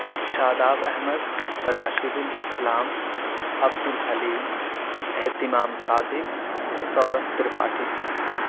Shadab Ahmed Rashid ul-Islam Abdul Halim Ihtimam Sadiq Saurabh Tripathi